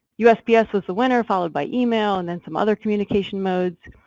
usps was the winner followed by email and then some other communication modes.